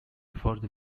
further